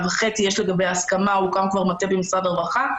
וחצי ויש עליה הסכמה והוקם כבר מטה במשרד הרווחה.